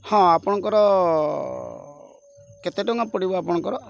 ହଁ ଆପଣଙ୍କର କେତେ ଟଙ୍କା ପଡ଼ିବ ଆପଣଙ୍କର